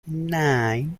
nine